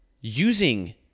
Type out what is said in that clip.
using